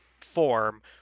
form